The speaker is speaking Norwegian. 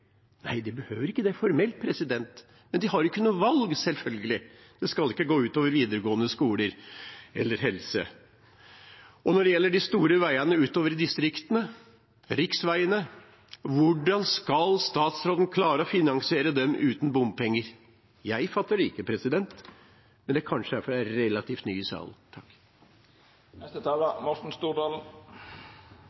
Nei, de behøver ikke det formelt, men de har ikke noe valg, selvfølgelig, for det skal ikke gå ut over videregående skoler eller helse. Og når det gjelder de store veiene utover i distriktene, riksveiene, hvordan skal statsråden klare å finansiere dem uten bompenger? Jeg fatter det ikke, men det er kanskje fordi jeg er relativt ny i